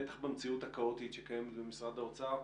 בטח במציאות הכאוטית שקיימת במשרד האוצר,